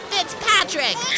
Fitzpatrick